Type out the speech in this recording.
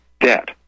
debt